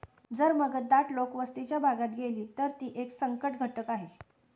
जर मगर दाट लोकवस्तीच्या भागात गेली, तर ती एक संकटघटक आहे